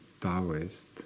Taoist